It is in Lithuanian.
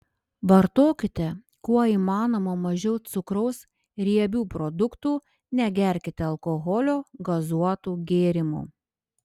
vartokite kuo įmanoma mažiau cukraus riebių produktų negerkite alkoholio gazuotų gėrimų